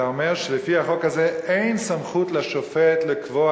אתה אומר שלפי החוק הזה אין סמכות לשופט לקבוע